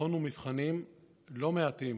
נכונו מבחנים לא מעטים